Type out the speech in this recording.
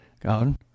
God